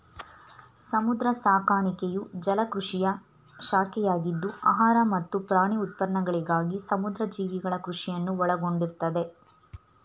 ಸಮುದ್ರ ಸಾಕಾಣಿಕೆಯು ಜಲಕೃಷಿಯ ಶಾಖೆಯಾಗಿದ್ದು ಆಹಾರ ಮತ್ತು ಪ್ರಾಣಿ ಉತ್ಪನ್ನಗಳಿಗಾಗಿ ಸಮುದ್ರ ಜೀವಿಗಳ ಕೃಷಿಯನ್ನು ಒಳಗೊಂಡಿರ್ತದೆ